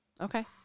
Okay